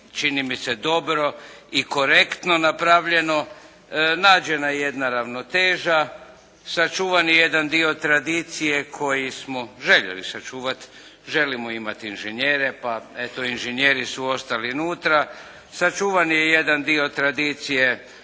čini mi se dobro i korektno napravljeno. Nađena je jedna ravnoteža, sačuvan je jedan dio tradicije koji smo željeli sačuvati, želimo imati inženjere pa eto inženjeri su ostali unutra, sačuvan je jedan dio tradicije